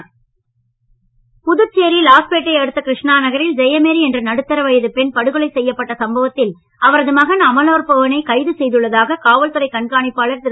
கொலையாளி கைது புதுச்சேரி லாஸ்பேட்டையை அடுத்த கிருஷ்ணா நகரில் ஜெயமேரி என்ற நடுத்தர வயது பெண் படுகொலை செய்யப்பட்ட சம்பவத்தில் அவரது மகன் அமலோற்பவனை கைது செய்துள்ளதாக காவல்துறை கண்காணிப்பாளர் சின்தா திரு